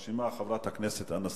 זינוק בפיטורי נשים בהיריון,